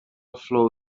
flow